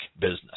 business